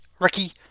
Ricky